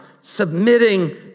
submitting